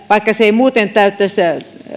vaikka se ei muuten täyttäisi